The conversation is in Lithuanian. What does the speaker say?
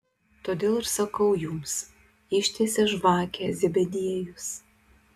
todėl ir sakau jums ištiesė žvakę zebediejus